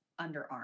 underarm